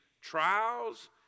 Trials